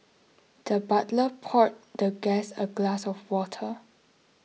the butler poured the guest a glass of water